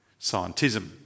Scientism